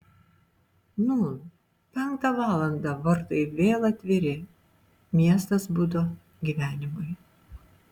nūn penktą valandą vartai vėl atviri miestas budo gyvenimui